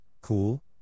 cool